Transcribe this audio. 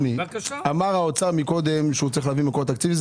אמר האוצר קודם שהוא צריך להביא מקורות תקציב.